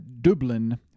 dublin